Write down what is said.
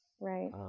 Right